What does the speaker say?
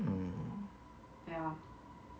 mm